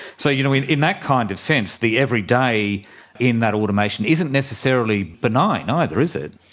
so you know in in that kind of sense, the everyday in that automation isn't necessarily benign either, is it.